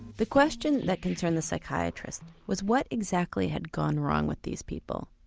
the question that concerned the psychiatrists was what exactly had gone wrong with these people?